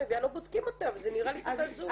מביאה לא בודקים אותה וזה נראה לי קצת הזוי.